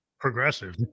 Progressive